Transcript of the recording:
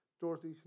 Dorothy